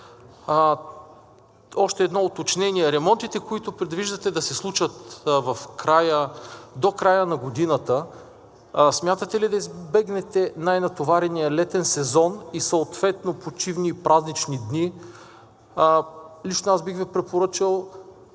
Още едно уточнение: ремонтите, които предвиждате да се случат до края на годината, смятате ли да избегнете най-натоварения летен сезон и съответно почивни и празнични дни? Лично аз бих Ви препоръчал